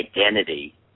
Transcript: identity